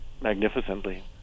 magnificently